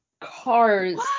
Cars